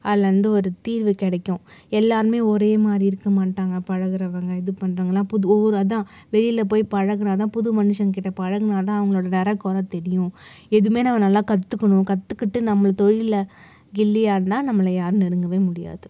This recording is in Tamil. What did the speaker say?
அதுலேந்து ஒரு தீர்வு கிடைக்கும் எல்லோருமே ஒரே மாதிரி இருக்கமாட்டாங்க பழகுறவங்க இது பண்றவங்கெல்லாம் ஒவ்வொரு அதான் வெளியில் போய் பழகினாதா புது மனுஷங்ககிட்ட பழகினாதா அவங்களோட நெறை கொறை தெரியும் எதுவும் நம்ம நல்லா கற்றுக்குணும் கற்றுக்கிட்டு நம்ம தொழிலில் கில்லியா ஆடினா நம்மள யாரும் நெருங்க முடியாது